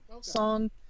song